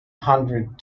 hundred